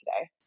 today